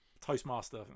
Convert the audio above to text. toastmaster